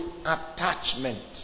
attachment